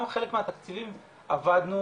גם חלק מהתקציבים עבדנו